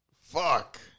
fuck